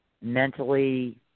mentally